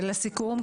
לסיכום: